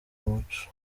umuco